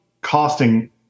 costing